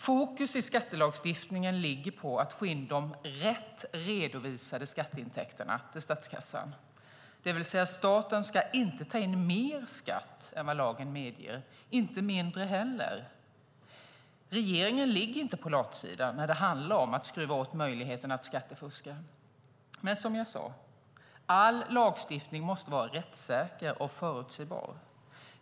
Fokus i skattelagstiftningen ligger på att få in de rätt redovisade skatteintäkterna till statskassan. Staten ska alltså inte dra in mer i skatt än vad lagen medger, och inte heller mindre. Regeringen ligger inte på latsidan när det handlar om att skruva åt möjligheterna att skattefuska. Men som jag sade: All lagstiftning måste vara rättssäker och förutsägbar.